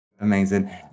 Amazing